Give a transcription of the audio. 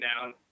down